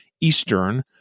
Eastern